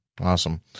Awesome